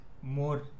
more